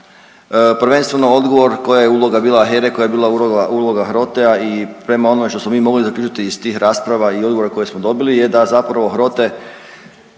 prvenstveno odgovor koja je uloga bila HERA-e, koja je bila uloga HROTE-a i prema onome što smo mi mogli zaključiti iz tih rasprava i odgovora koje smo dobili je da zapravo HROTE